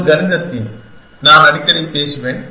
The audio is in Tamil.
ஒரு கணித தீம் நான் அடிக்கடி பேசுவேன்